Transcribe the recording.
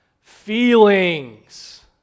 feelings